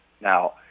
Now